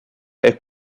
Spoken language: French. est